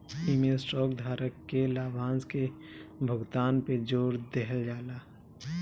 इमें स्टॉक धारक के लाभांश के भुगतान पे जोर देहल जाला